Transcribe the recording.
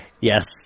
Yes